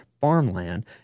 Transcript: Farmland